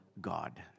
God